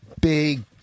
big